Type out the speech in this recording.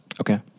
Okay